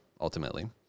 ultimately